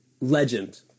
legend